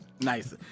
Nice